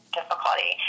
difficulty